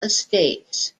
estates